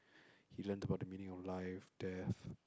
he learnt about the meaning of life death